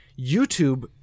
YouTube